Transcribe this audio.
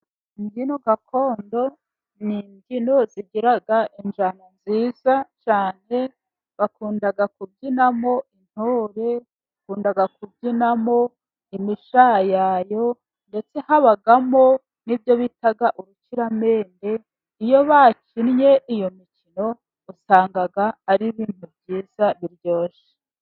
Imbyino gakondo ni imbyino zigira injyana nziza cyane bakunda kubyinamo intore, bakunda kubyinamo imishayayo, ndetse habamo n'ibyo bita urukiramende. Iyo bakinnye iyo mikino usanga ari ibintu byiza biryoshye.